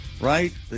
right